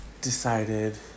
decided